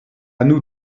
nous